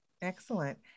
Excellent